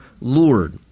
Lord